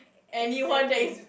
anyone that is